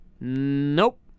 Nope